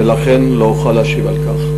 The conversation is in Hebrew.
ולכן לא אוכל להשיב על כך.